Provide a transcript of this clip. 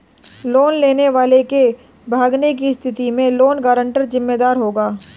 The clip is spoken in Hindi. लोन लेने वाले के भागने की स्थिति में लोन गारंटर जिम्मेदार होगा